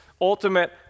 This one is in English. ultimate